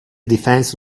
defense